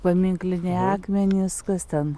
paminkliniai akmenys kas ten